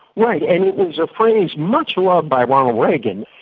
right, and it was a phrase much loved by ronald reagan.